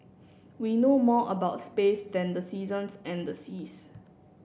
we know more about space than the seasons and the seas